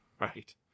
Right